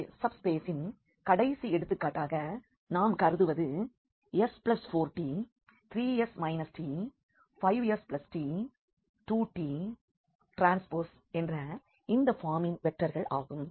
இங்கே சப்ஸ்பேசின் கடைசி எடுத்துக்காட்டாக நாம் கருதுவது s4t3s t5st2tT என்ற இந்த பார்மின் வெக்டர்கள் ஆகும்